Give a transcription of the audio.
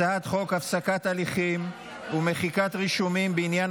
הצעת חוק הפסקת הליכים ומחיקת רישומים בעניין